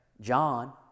John